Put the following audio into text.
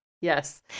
Yes